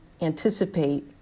anticipate